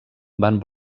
van